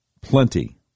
plenty